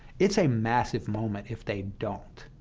it's a massive moment if they don't,